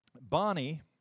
Bonnie